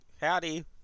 Howdy